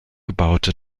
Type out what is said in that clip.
gebaute